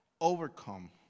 overcome